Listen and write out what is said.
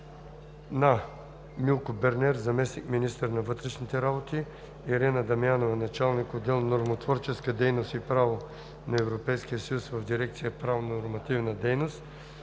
на: Милко Бернер – заместник-министър на вътрешните работи, Ирена Дамянова – началник-отдел „Нормотворческа дейност и право на Европейския съюз“ в дирекция „Правнонормативна дейност“,